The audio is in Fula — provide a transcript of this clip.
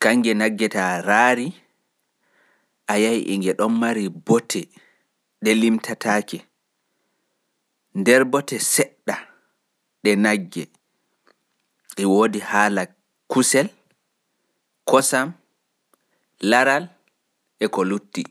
gam Nagge kannge e nge woodi bote ɗuɗɗe kautuɗe e kusel, laral, kosam e taaki e ko lutti.